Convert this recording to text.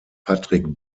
patrick